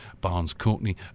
Barnes-Courtney